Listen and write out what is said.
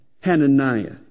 Hananiah